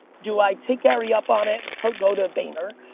do i take gary up on it and go go to vayner.